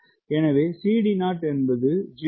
எனவே CD0 என்பது 0